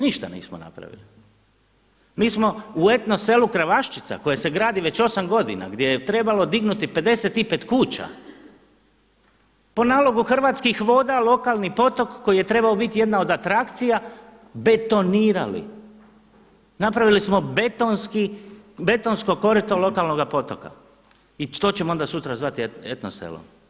Ništa nismo napravili, mi smo u etno selu kraj Kravaščica koje se gradi već 8 godina gdje je trebalo dignuti 55 kuća po nalogu hrvatskih voda, lokalni potok koji je trebao biti jedna od atrakcija betonirali, napravili smo betonsko korito lokalnoga potoka i to ćemo onda sutra zvati etno selo.